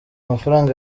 mafaranga